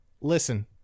Listen